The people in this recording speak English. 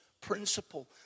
principle